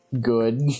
good